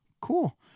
cool